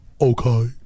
okay